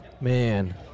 Man